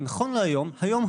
נכון להיום היום,